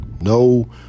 no